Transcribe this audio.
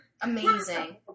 Amazing